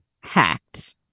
hacked